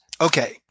Okay